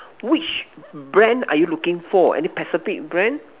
which brand are you looking for any specific brand